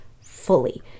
fully